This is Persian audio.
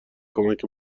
کمک